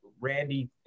Randy